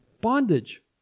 Bondage